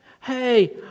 Hey